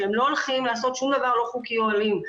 שהם לא הולכים לעשות שום דבר לא חוקי או אלים,